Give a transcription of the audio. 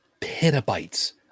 petabytes